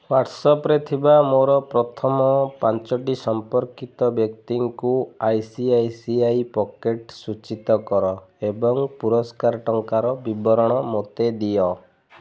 ହ୍ଵାଟ୍ସାପରେ ଥିବା ମୋର ପ୍ରଥମ ପାଞ୍ଚଟି ସମ୍ପର୍କିତ ବ୍ୟକ୍ତିଙ୍କୁ I C I C I packet ସୂଚିତ କର ଏବଂ ପୁରସ୍କାର ଟଙ୍କାର ବିବରଣ ମୋତେ ଦିଅ